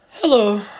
Hello